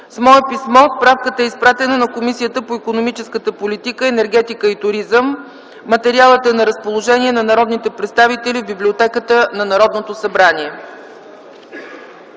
С мое писмо справката е изпратена на Комисията по икономическата политика, енергетика и туризъм. Материалът е на разположение на народните представители в библиотеката на Народното събрание.